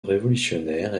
révolutionnaire